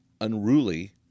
unruly